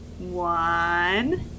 One